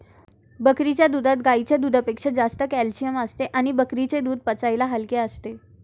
बकरीच्या दुधात गाईच्या दुधापेक्षा जास्त कॅल्शिअम असते आणि बकरीचे दूध पचायला हलके असते